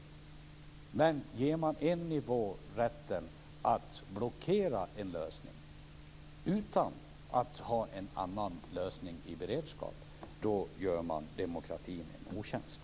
Om man ger en nivå rätten att blockera en lösning utan att ha en annan lösning i beredskap gör man demokratin en otjänst.